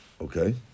Okay